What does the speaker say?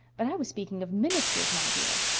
but i was speaking of ministers, my dear,